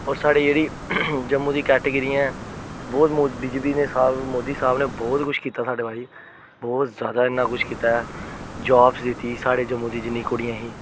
होर साढ़े जेहड़ी जम्मू दी कैटीगिरियां ऐ बोह्त बीजेपी ने मोदी साहब ने बहुत कुछ कीता साढ़े बास्तै बहुत ज्यादा इन्ना कुछ कीता ऐ जाब्स दित्ती साढ़े जम्मू दी जिन्नी कुडियां ही